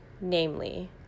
Namely